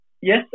Yes